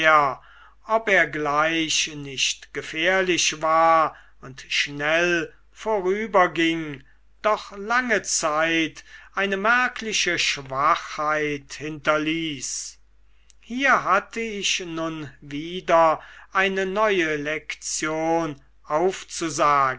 ob er gleich nicht gefährlich war und schnell vorüberging doch lange zeit eine merkliche schwachheit hinterließ hier hatte ich nun wieder eine neue lektion aufzusagen